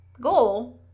goal